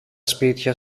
σπίτια